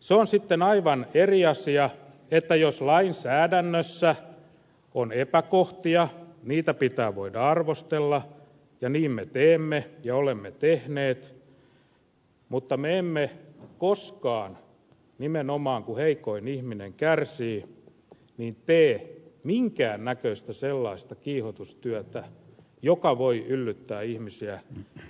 se on sitten aivan eri asia että jos lainsäädännössä on epäkohtia niitä pitää voida arvostella ja niin me teemme ja olemme tehneet mutta me emme koskaan nimenomaan kun heikoin ihminen kärsii tee minkään näköistä sellaista kiihotustyötä joka voi yllyttää ihmisiä